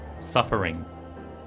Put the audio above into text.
suffering